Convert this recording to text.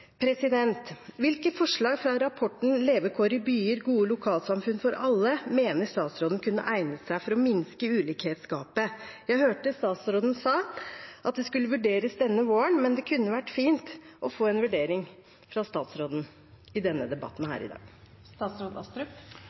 Hvilke forslag fra rapporten «Levekår i byer – Gode lokalsamfunn for alle» mener statsråden kunne egnet seg for å minske ulikhetsgapet? Jeg hørte statsråden sa at det skulle vurderes denne våren, men det kunne vært fint å få en vurdering fra statsråden i denne debatten her i dag.